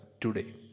today